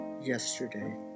yesterday